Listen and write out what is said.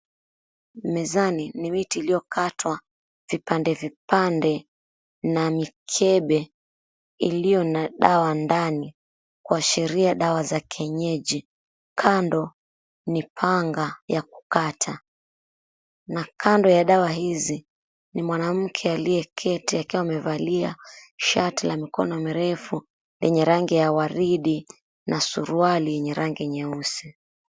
Mezani ni miti iliyokatwa vipande vipande na mikebe iliyo na dawa ndani kuashiria dawa za kienyeji. Kando ni panga ya kukata, na kando ya dawa hizi ni mwanamke aliyeketi akiwa amevalia shati la mikono mirefu lenye rangi ya waridi na suruali yenye rangi nyeusi.